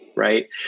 Right